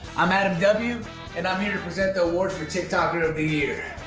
um adam w and i'm here to present the award for tik tok of the year.